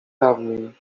dawniej